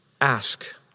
ask